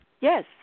Yes